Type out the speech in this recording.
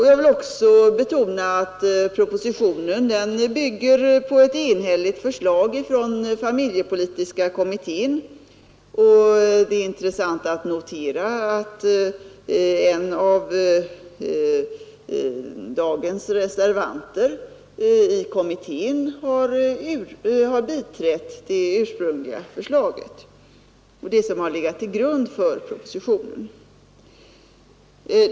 Jag vill också betona att propositionen bygger på ett enhälligt förslag från familjepolitiska kommittén. Det är intressant att notera att i kommittén en av dagens reservanter har biträtt det ursprungliga förslaget — det som har legat till grund för propositionen.